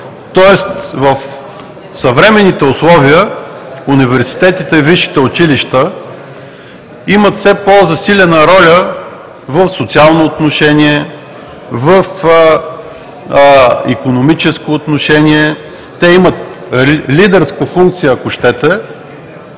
Тоест в съвременните условия университетите, висшите училища имат все по-засилена роля в социално, в икономическо отношение, те имат лидерска функция, ако щете,